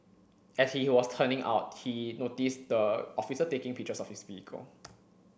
as he was turning out he noticed the officer taking pictures of his vehicle